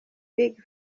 big